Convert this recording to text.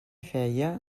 feia